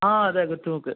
ആ അതെ കുറ്റുമുക്ക്